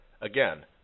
Again